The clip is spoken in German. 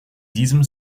diesem